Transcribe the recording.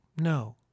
No